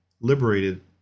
liberated